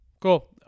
cool